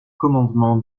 commandements